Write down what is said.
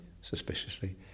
suspiciously